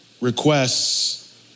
requests